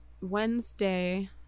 Wednesday